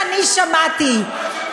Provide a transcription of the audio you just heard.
ומשפט אחרון: כל מה שאני שמעתי,